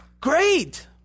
Great